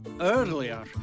earlier